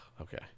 Okay